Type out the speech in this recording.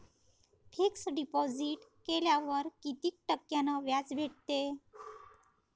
Fix deposit केल्यावर कितीक टक्क्यान व्याज भेटते?